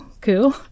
cool